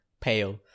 pale